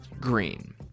Green